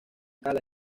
cala